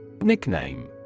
Nickname